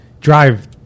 drive